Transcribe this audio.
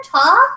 talk